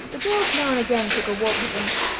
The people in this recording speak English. the girls now and again took a walk with him,